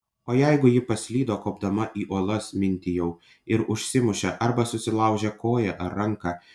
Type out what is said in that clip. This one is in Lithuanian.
o jeigu ji paslydo kopdama į uolas mintijau ir užsimušė arba susilaužė koją ar ranką